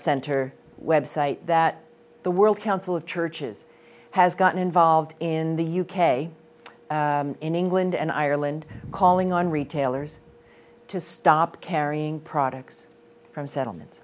center website that the world council of churches has gotten involved in the u k in england and ireland calling on retailers to stop carrying products from settlement